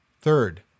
Third